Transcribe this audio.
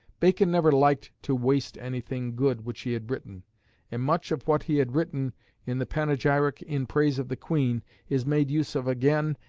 bacon never liked to waste anything good which he had written and much of what he had written in the panegyric in praise of the queen is made use of again,